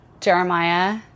Jeremiah